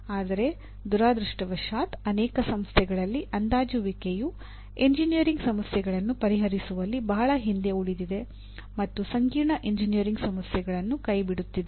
ಆದರೆ ದುರದೃಷ್ಟವಶಾತ್ ಅನೇಕ ಸಂಸ್ಥೆಗಳಲ್ಲಿ ಅಂದಾಜುವಿಕೆಯು ಎಂಜಿನಿಯರಿಂಗ್ ಸಮಸ್ಯೆಗಳನ್ನು ಪರಿಹರಿಸುವಲ್ಲಿ ಬಹಳ ಹಿಂದೆ ಉಳಿದಿದೆ ಮತ್ತು ಸಂಕೀರ್ಣ ಎಂಜಿನಿಯರಿಂಗ್ ಸಮಸ್ಯೆಗಳನ್ನು ಕೈ ಬಿಡುತ್ತದೆ